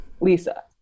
Lisa